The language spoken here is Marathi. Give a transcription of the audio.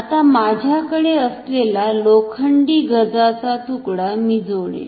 आता माझ्याकडे असलेला लोखंडी गजाचा तुकडा मी जोडेल